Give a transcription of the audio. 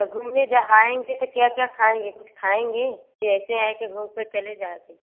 तो घूमने जो आएंगे तो क्या क्या खाएंगे कुछ खाएंगे कि ऐसे आए के घूम के चले जाओगे